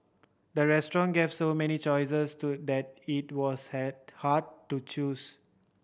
the restaurant gave so many choices to that it was head hard to choose